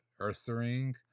Ursaring